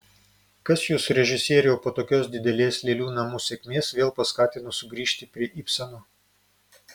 kas jus režisieriau po tokios didelės lėlių namų sėkmės vėl paskatino sugrįžti prie ibseno